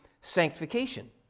sanctification